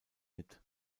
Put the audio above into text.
mit